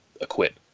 acquit